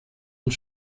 und